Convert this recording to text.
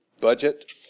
budget